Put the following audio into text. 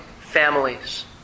families